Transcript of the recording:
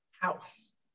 House